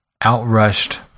outrushed